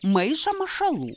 maišą mašalų